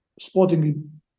sporting